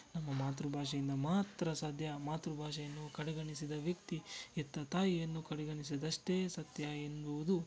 ನಮ್ಮ ಮಾತೃಭಾಷೆಯಿಂದ ಮಾತ್ರ ಸಾಧ್ಯ ಮಾತೃಭಾಷೆಯನ್ನು ಕಡೆಗಣಿಸಿದ ವ್ಯಕ್ತಿ ಹೆತ್ತ ತಾಯಿಯನ್ನು ಕಡೆಗಣಿಸಿದಷ್ಟೇ ಸತ್ಯ ಎನ್ನುವುದು